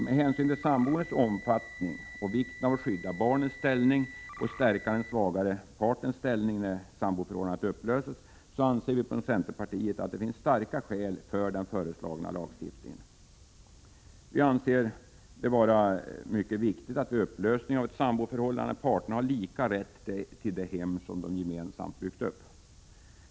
Med hänsyn till samboendets omfattning och med hänsyn till vikten av att skydda barnens ställning, liksom att stärka den svagare partens ställning när ett samboförhållande upplöses, anser vi från centerpartiet att det finns starka skäl för den föreslagna lagstiftningen. Vi anser det vara mycket viktigt att parterna vid upplösning av ett samboförhållande har lika rätt till det hem som de gemensamt byggt upp.